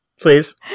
please